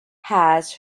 has